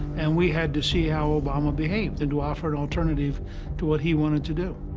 and we had to see how obama behaved and to offer an alternative to what he wanted to do.